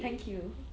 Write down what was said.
thank you